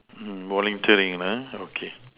volunteering lah okay